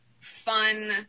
fun